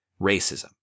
racism